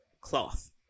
cloth